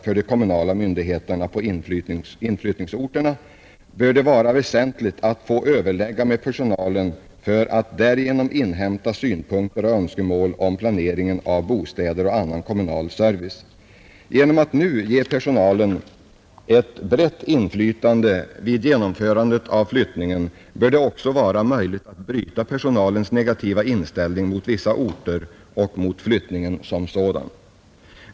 För de kommunala myndigheterna på inflyttningsorterna bör det vara väsentligt att få överlägga med personalen för att därigenom inhämta synpunkter och önskemål om planeringen av bostäder och annan kommunal service. Genom att nu ge personalen ett brett inflytande vid genomförandet av flyttningen bör det också vara möjligt att bryta personalens negativa inställning mot vissa orter och mot flyttning som sådan.